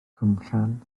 cwmllan